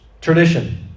Tradition